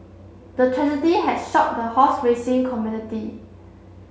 the tragedy had shocked the horse racing community